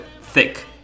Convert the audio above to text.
thick